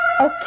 Okay